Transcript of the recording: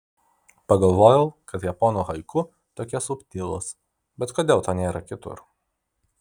pagalvojau kad japonų haiku tokie subtilūs bet kodėl to nėra kitur